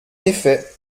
effet